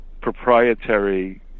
proprietary